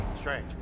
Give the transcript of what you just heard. Strange